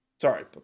sorry